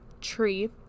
tree